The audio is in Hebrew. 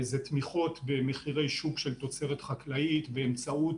אלה תמיכות במחירי שור של תוצרת חקלאית באמצעות,